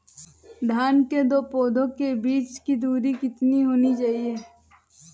धान के दो पौधों के बीच की दूरी कितनी होनी चाहिए?